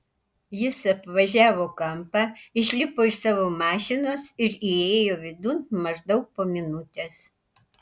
jis apvažiavo kampą išlipo iš savo mašinos ir įėjo vidun maždaug po minutės